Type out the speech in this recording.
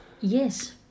Yes